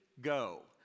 Go